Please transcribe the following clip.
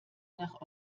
nach